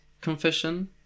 confession